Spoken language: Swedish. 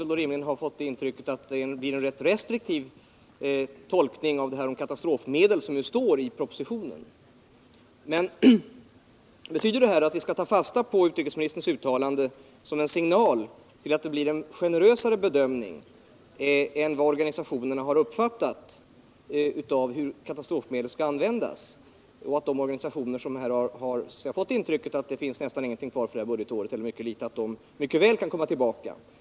De måste rimligen ha fått intrycket att det som står i propositionen om katastrofmedel kommer att tolkas ganska restriktivt. Är utrikesministerns uttalande en signal till en generösare bedömning av hur katastrofmedlen skall användas än vad organisationerna hittills uppfattat? Betyder det att de organisationer som fått denna uppfattning mycket väl kan komma tillbaka?